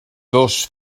dos